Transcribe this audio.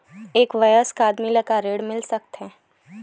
एक वयस्क आदमी ला का ऋण मिल सकथे?